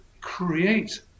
create